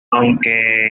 aunque